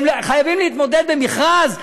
הם חייבים להתמודד במכרז,